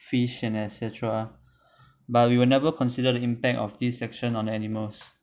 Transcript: fish and et cetera but we will never consider the impact of this action on animals